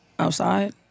Outside